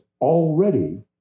already